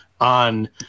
on